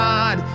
God